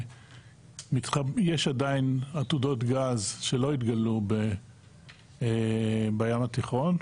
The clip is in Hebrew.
שיש עדיין עתודות גז שלא התגלו בים התיכון,